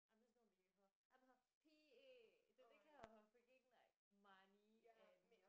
I'm just gonna be with her I'm her p_a to take care of her freaking like money and